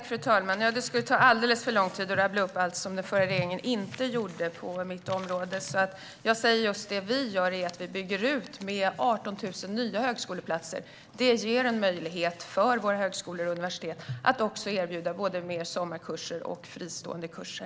Fru talman! Det skulle ta alldeles för lång tid att rabbla upp allt som den förra regeringen inte gjorde på mitt område. Därför säger jag att det vi gör är att vi bygger ut med 18 000 nya högskoleplatser. Det ger en möjlighet för våra högskolor och universitet att erbjuda både fler sommarkurser och fler fristående kurser.